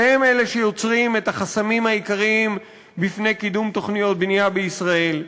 שהם אלה שיוצרים את החסמים העיקריים בפני קידום תוכניות בנייה בישראל?